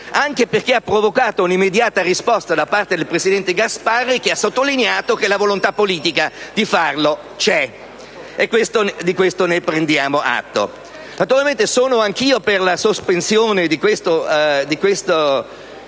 iniziativa ha provocato un'immediata risposta da parte del presidente Gasparri, che ha sottolineato che la volontà politica c'è. Di questo prendiamo atto. Naturalmente, sono anch'io per la sospensione dell'esame